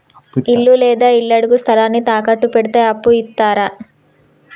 ఇల్లు లేదా ఇళ్లడుగు స్థలాన్ని తాకట్టు పెడితే అప్పు ఇత్తరా?